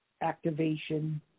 activation